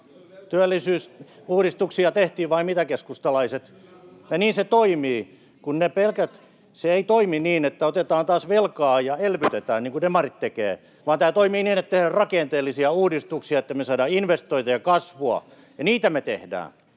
Työllisyysuudistuksia tehtiin, vai mitä, keskustalaiset? [Keskustan ryhmästä: Kyllä!] Ja niin se toimii. Kun ne pelkät... Se ei toimi niin, että otetaan taas velkaa ja elvytetään, niin kuin demarit tekevät, vaan tämä toimii niin, että tehdään rakenteellisia uudistuksia, että me saadaan investointeja, kasvua. Niitä me tehdään,